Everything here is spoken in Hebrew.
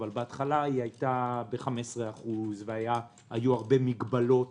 אבל בהתחלה היא הייתה ב-15% והיו הרבה מגבלות